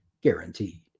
guaranteed